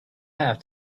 have